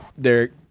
Derek